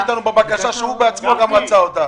אתנו בבקשה שהוא בעצמו גם רצה אותה.